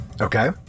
Okay